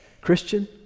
Christian